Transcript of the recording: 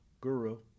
guru